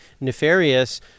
nefarious